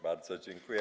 Bardzo dziękuję.